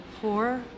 poor